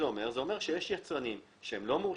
זה אומר שיש יצרנים לא מורשים,